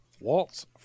Waltz